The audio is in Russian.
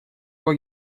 его